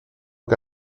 que